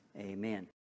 amen